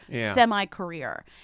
semi-career